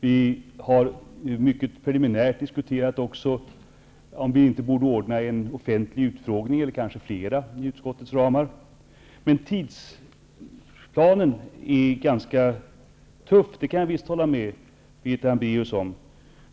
Vi har även mycket preliminärt diskuterat huruvida vi borde ordna en offentlig utfrågning -- eller flera -- inom utskottets ramar. Tidsplanen är ganska tuff. Det kan jag visst hålla med Birgitta Hambraeus om.